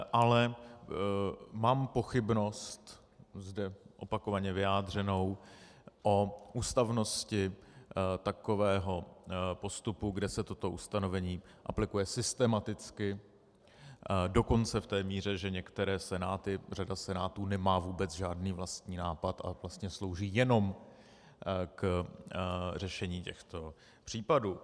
Ale mám pochybnost zde opakovaně vyjádřenou o ústavnosti takového postupu, kde se toto ustanovení aplikuje systematicky, dokonce v té míře, že některé senáty, řada senátů nemá vůbec žádný vlastní nápad a vlastně slouží jenom k řešení těchto případů.